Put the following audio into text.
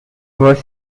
was